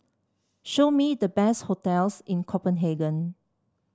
show me the best hotels in Copenhagen